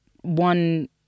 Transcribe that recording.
one